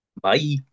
Bye